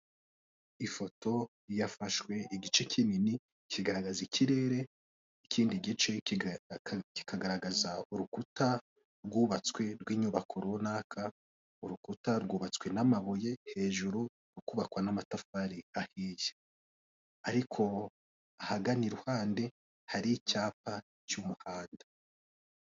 Ifoto yafashwe igice kinini kigaragaza ikirere ikindi gice kikagaragaza urukuta rwubatswe rw'inyubako runaka, urukuta rwubatswe n'amabuye hejuru rukubakwa n'amatafari ahiye, ariko ahagana iruhande hari icyapa cy'umuhanda.